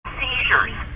seizures